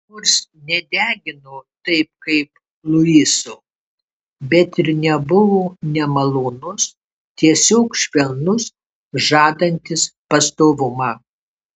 nors nedegino taip kaip luiso bet ir nebuvo nemalonus tiesiog švelnus žadantis pastovumą